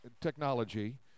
technology